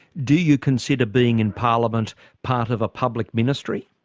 do you consider being in parliament part of a public ministry?